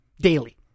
daily